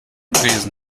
tresen